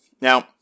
Now